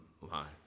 Lives